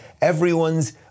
Everyone's